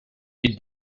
you